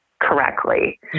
correctly